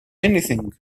anything